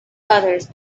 others